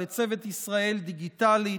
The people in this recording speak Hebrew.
לצוות ישראל דיגיטלית,